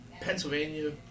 Pennsylvania